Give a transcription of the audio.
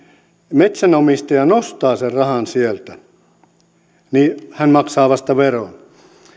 metsänomistaja nostaa sen rahan sieltä hän maksaa vasta veron